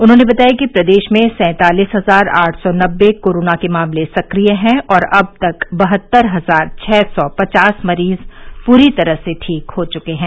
उन्होंने बताया कि प्रदेश में सैंतालिस हजार आठ सौ नब्बे कोरोना के मामले सक्रिय हैं और अब तक बहत्तर हजार छः सौ पचास मरीज पूरी तरह से ठीक हो चुके हैं